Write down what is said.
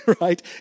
right